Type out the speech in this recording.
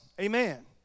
Amen